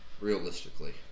realistically